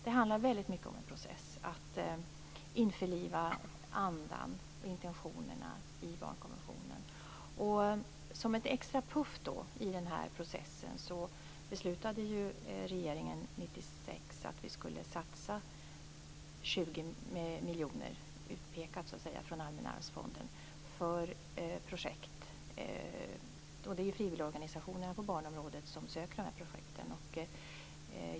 Det handlar väldigt mycket om en process när det gäller att införliva andan och intentionerna i barnkonventionen. Som en extra puff i den processen beslutade regeringen 1996 att satsa 20 miljoner från Allmänna arvsfonden på projekt. Det är frivilligorganisationerna på barnområdet som söker dessa projektpengar.